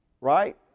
Right